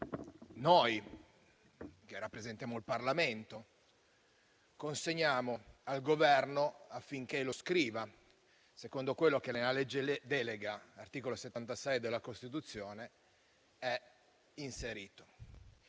noi, che rappresentiamo il Parlamento, consegniamo al Governo affinché lo scriva, secondo quanto previsto dall'articolo 76 della Costituzione. Parlare